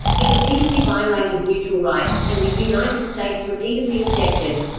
it repeatedly violated neutral rights, and the united states repeatedly objected.